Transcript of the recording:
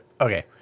okay